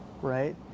right